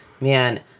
man